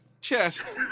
chest